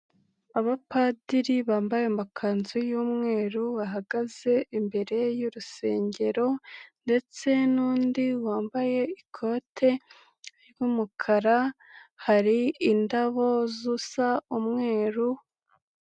Abapadiri bambaye amakanzu y'umweru, bahagaze imbere y'urusengero ndetse n'undi wambaye ikote ry'umukara, hari indabo zisa umweru.